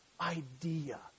idea